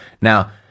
Now-